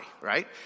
right